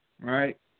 right